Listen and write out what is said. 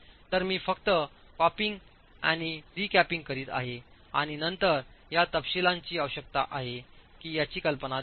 तर मी फक्त कॅपिंग आणि रीकॅपिंग करीत आहे आणि नंतर या तपशीलांची आवश्यकता काय आहे याची कल्पना देतो